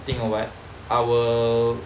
thing or what our